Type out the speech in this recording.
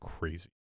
crazy